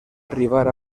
arribar